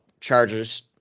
Chargers